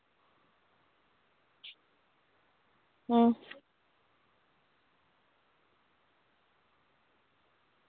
अं